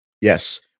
Yes